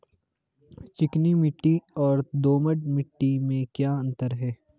चिकनी मिट्टी और दोमट मिट्टी में क्या अंतर है?